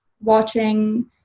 watching